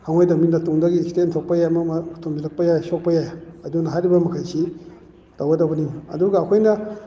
ꯈꯪꯉꯣꯏꯗꯝꯅꯤꯅ ꯇꯨꯡꯗꯒꯤ ꯑꯦꯁꯤꯗꯦꯟ ꯊꯣꯛꯄ ꯌꯥꯏ ꯑꯃ ꯑꯃ ꯊꯣꯝꯖꯜꯂꯛꯄ ꯌꯥꯏ ꯁꯣꯛꯄ ꯌꯥꯏ ꯑꯗꯨꯅ ꯍꯥꯏꯔꯤꯕꯃꯈꯩꯁꯤ ꯇꯧꯒꯗꯧꯕꯅꯤ ꯑꯗꯨꯒ ꯑꯩꯈꯣꯏꯅ